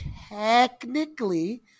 technically